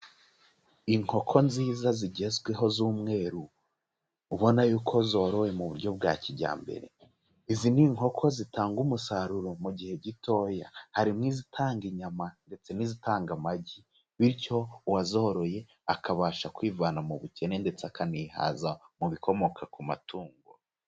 Inkoko nziza zigezweho z'umweru ubona yuko zorowe mu buryo bwa kijyambere, izi ni inkoko zitanga umusaruro mu gihe gitoya, harimo izitanga inyama ndetse n'izitanga amagi, bityo uwazoroye akabasha kwivana mu bukene ndetse akanihaza mu bikomoka ku matungo.